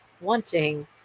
wanting